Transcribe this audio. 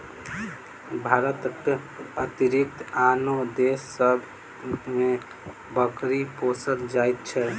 भारतक अतिरिक्त आनो देश सभ मे बकरी पोसल जाइत छै